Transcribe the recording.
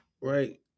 right